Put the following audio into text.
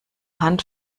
hand